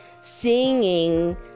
singing